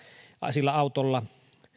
sillä